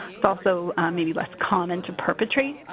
it's also maybe less common to perpetrate,